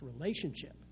relationship